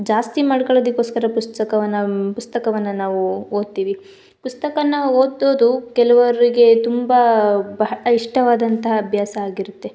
ಜಾಸ್ತಿ ಮಾಡ್ಕೊಳ್ಳೋದಕ್ಕೋಸ್ಕರ ಪುಸ್ತಕವನ್ನು ಪುಸ್ತಕವನ್ನು ನಾವು ಓದ್ತೀವಿ ಪುಸ್ತಕನ ಓದೋದು ಕೆಲವರಿಗೆ ತುಂಬ ಬಹಳ ಇಷ್ಟವಾದಂಥ ಅಭ್ಯಾಸ ಆಗಿರುತ್ತೆ